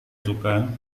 suka